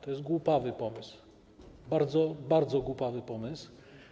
To jest głupawy pomysł, bardzo, bardzo głupawy pomysł.